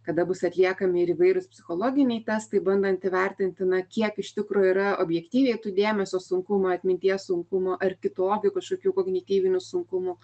kada bus atliekami ir įvairūs psichologiniai testai bandant įvertinti na kiek iš tikro yra objektyviai tų dėmesio sunkumų atminties sunkumų ar kitokių kažkokių kognityvinių sunkumų